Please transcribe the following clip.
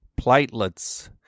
platelets